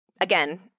again